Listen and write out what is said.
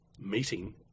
meeting